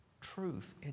truth